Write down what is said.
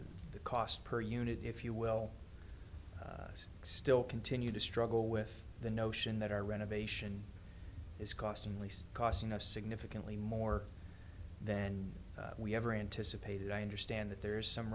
the cost per unit if you will still continue to struggle with the notion that our renovation is costing lease costing us significantly more than we ever anticipated i understand that there is some